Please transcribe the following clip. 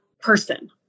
person